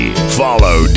Follow